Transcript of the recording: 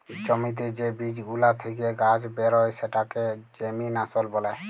জ্যমিতে যে বীজ গুলা থেক্যে গাছ বেরয় সেটাকে জেমিনাসল ব্যলে